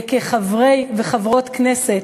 כחברי וחברות הכנסת,